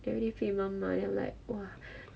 everyday 被妈骂 then I'm like !wah!